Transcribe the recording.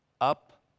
up